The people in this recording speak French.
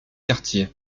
quartier